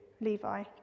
Levi